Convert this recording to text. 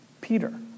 Peter